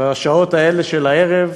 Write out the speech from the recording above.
בשעות האלה של הערב,